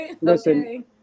Listen